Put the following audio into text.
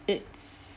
it's